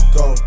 go